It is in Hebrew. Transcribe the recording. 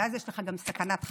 ואז יש לך גם סכנת חיים.